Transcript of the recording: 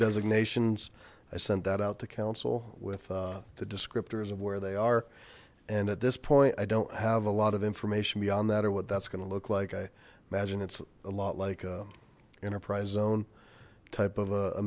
designations i sent that out to counsel with the descriptors of where they are and at this point i don't have a lot of information beyond that or what that's going to look like i imagine it's a lot like enterprise zone type of